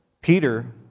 Peter